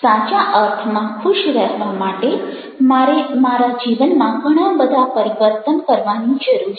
સાચા અર્થમાં ખુશ રહેવા માટે મારે મારા જીવનમાં ઘણા બધા પરિવર્તન કરવાની જરૂર છે